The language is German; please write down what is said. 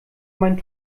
meinen